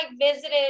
visited